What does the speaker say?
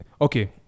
Okay